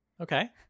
Okay